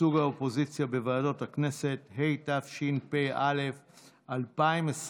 ייצוג האופוזיציה בוועדות הכנסת), התשפ"א 2021,